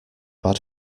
bad